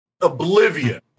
oblivion